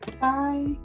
Bye